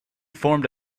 formed